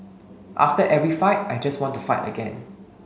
after every fight I just want to fight again